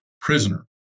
prisoner